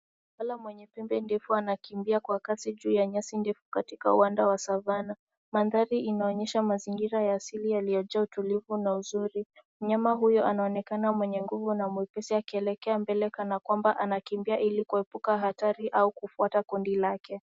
Swara mwenye pembe ndefu anakimbia kwa kasi juu ya nyasi ndefu katika uwanda wa savana. Mandhari inaonyesha mazingira ya asili yaliyojaa utulivu na uzuri. Mnyama huyo anaonekana mwenye nguvu na mwepesi akielekea mbele kana kwamba anakimbia ili kuepuka hatari au kufuata kundi lake.